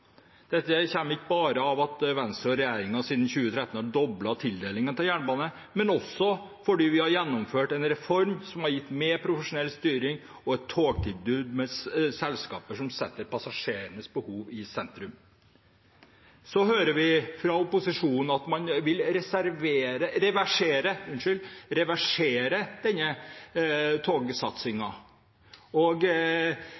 Dette kommer ikke bare av at Venstre og regjeringen siden 2013 har doblet tildelingene til jernbane, men også av at vi har gjennomført en reform som har gitt mer profesjonell styring og et togtilbud med selskaper som setter passasjerenes behov i sentrum. Så hører vi fra opposisjonen at man vil reversere